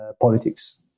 politics